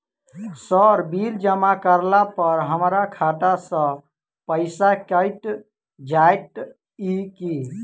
Sir bill जमा करला पर हमरा खाता सऽ पैसा कैट जाइत ई की?